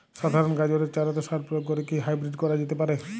সাধারণ গাজরের চারাতে সার প্রয়োগ করে কি হাইব্রীড করা যেতে পারে?